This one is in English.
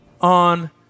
on